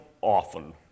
often